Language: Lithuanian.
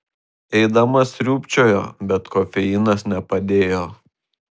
eidama sriūbčiojo bet kofeinas nepadėjo